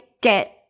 get